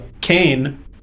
Kane